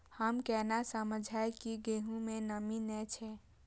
हम केना समझये की गेहूं में नमी ने छे?